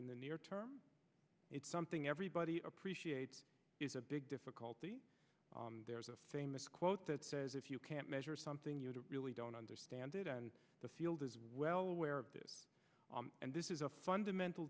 the near term it's something everybody appreciates is a big difficulty there's a famous quote that says if you can't measure something you really don't understand it and the field is well aware of this and this is a fundamental